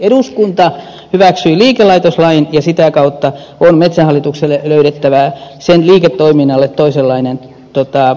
eduskunta hyväksyi liikelaitoslain ja sitä kautta on metsähallitukselle löydettävä sen liiketoiminnalle toisenlainen koti